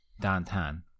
downtown